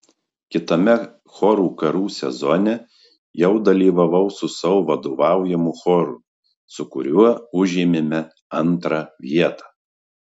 kitame chorų karų sezone jau dalyvavau su savo vadovaujamu choru su kuriuo užėmėme antrą vietą